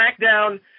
SmackDown